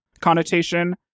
connotation